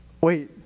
Wait